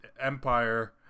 empire